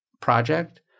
project